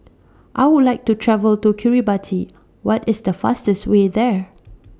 I Would like to travel to Kiribati What IS The fastest Way There